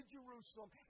Jerusalem